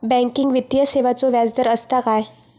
Banking वित्तीय सेवाचो व्याजदर असता काय?